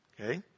okay